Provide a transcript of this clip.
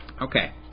Okay